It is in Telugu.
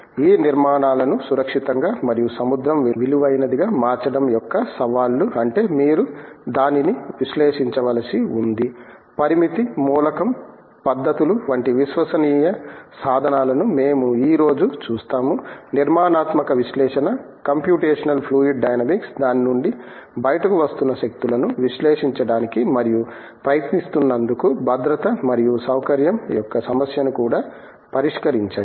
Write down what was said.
ఈ నిర్మాణాలను సురక్షితంగా మరియు సముద్రం విలువైనదిగా మార్చడం యొక్క సవాళ్లు అంటే మీరు దానిని విశ్లేషించవలసి ఉంది పరిమిత మూలకం పద్ధతులు వంటి విశ్వసనీయ సాధనాలను మేము ఈ రోజు చూస్తాము నిర్మాణాత్మక విశ్లేషణ కంప్యుటేషనల్ ఫ్లూయిడ్ డైనమిక్స్ దాని నుండి బయటకు వస్తున్న శక్తులను విశ్లేషించడానికి మరియు ప్రయత్నిస్తున్నందుకు భద్రత మరియు సౌకర్యం యొక్క సమస్యను కూడా పరిష్కరించండి